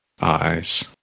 Eyes